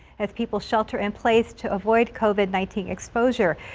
if people shelter in place to avoid covid nineteen exposure.